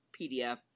PDF